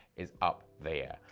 is up there.